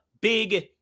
big